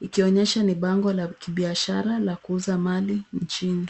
ikionyesha ni bango la kibiashara la kuuza mali nchini